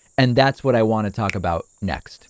and that's what i want to talk about next.